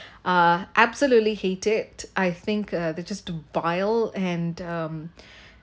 ah absolutely hate it I think uh they just do vile and um